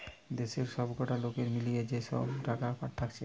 দেশের সবকটা লোকের মিলিয়ে যে সব টাকা থাকছে